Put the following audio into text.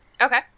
Okay